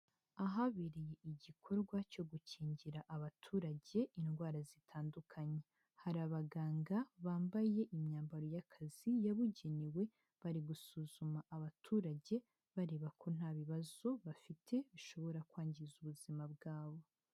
Ahabereye igikorwa cyo gukingira abaturage indwara zitandukanye, hari abaganga bambaye imyambaro y'akazi yabugenewe bari gusuzuma abaturage, bareba ko nta bibazo bafite bishobora kwangiza ubuzima bwabo.